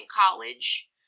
college